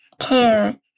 care